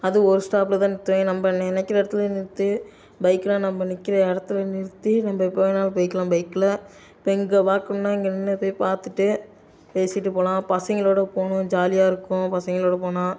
அது ஒரு ஸ்டாப்லதான் நிறுத்துவாய்ங்க நம்ம நினைக்குற இடத்துல நிறுத்தி பைக்லாம் நம்ம நிற்கிற இடத்துல நிறுத்தி நம்ம எப்போ வேணாலும் போய்க்கலாம் பைக்ல இப்போ இங்கே பார்க்கணுன்னா இங்கே நின்று போய் பார்த்துட்டு பேசிட்டு போகலாம் பசங்களோட போனோம் ஜாலியாக இருக்கும் பசங்களோட போனால்